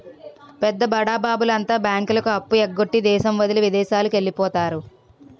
పెద్ద బడాబాబుల అంతా బ్యాంకులకు అప్పు ఎగ్గొట్టి దేశం వదిలి విదేశాలకు వెళ్లిపోతారు